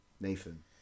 Nathan